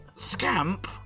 Scamp